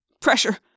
Pressure